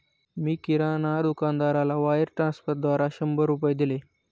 मी किराणा दुकानदाराला वायर ट्रान्स्फरद्वारा शंभर रुपये दिले